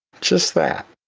just that.